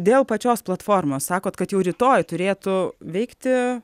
dėl pačios platformos sakot kad jau rytoj turėtų veikti